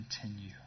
continue